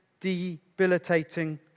debilitating